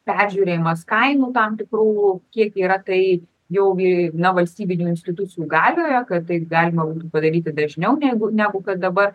peržiūrėjimas kainų tam tikrų kiek yra tai jaugi na valstybinių institucijų galioje kad tai galima padaryti dažniau negu negu kad dabar